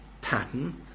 pattern